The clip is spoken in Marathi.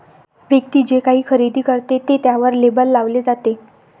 व्यक्ती जे काही खरेदी करते ते त्यावर लेबल लावले जाते